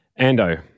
Ando